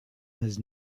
has